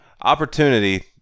Opportunity